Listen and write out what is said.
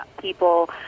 people